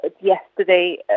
Yesterday